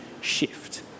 shift